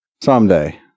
Someday